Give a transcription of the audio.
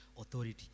authority